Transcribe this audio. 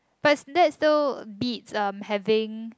but that's still beats um having